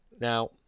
Now